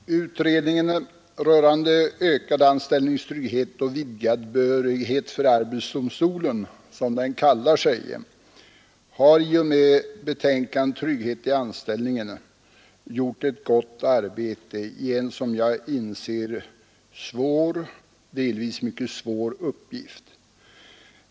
Herr talman! Utredningen rörande ökad anställningstrygghet och vidgad behörighet för arbetsdomstolen, som den kallar sig, har i och med betänkandet ”Trygghet i anställningen” gjort ett värdefullt arbete i en som jag inser delvis mycket svår uppgift.